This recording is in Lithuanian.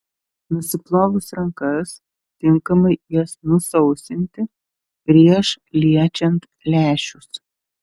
nusiplovus rankas tinkamai jas nusausinti prieš liečiant lęšius